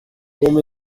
com